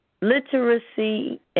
literacy